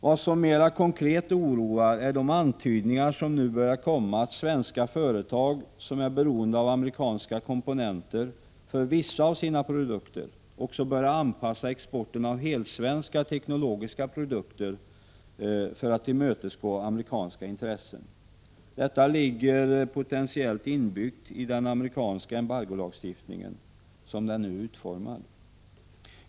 Vad som mera konkret oroar är de antydningar som nu börjar komma om att svenska företag, som är beroende av amerikanska komponenter för vissa av sina produkter, också börjar anpassa exporten av helsvenska teknologiska produkter för att tillmötesgå amerikanska intressen. Det ligger potentiellt inbyggt i den amerikanska embargolagstiftningen, som den nu är utformad.